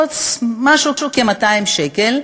עוד משהו כמו 200 שקל,